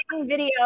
video